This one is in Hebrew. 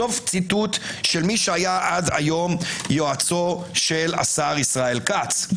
סוף ציטוט של מי שהיה עד היום יועצו של השר ישראל כץ.